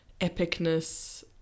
epicness